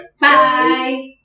Bye